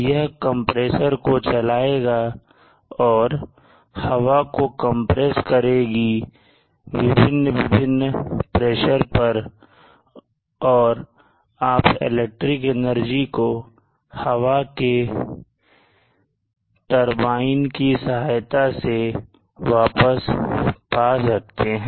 यह कंप्रेसर को चलाएगा और हवा को कंप्रेस करेगी विभिन्न विभिन्न दबाव पर और आप इलेक्ट्रिक एनर्जी को हवा के टरबाइन की सहायता से वापस पा सकते हैं